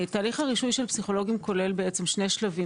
תהליך הרישוי של פסיכולוגים כולל שני שלבים